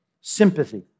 sympathy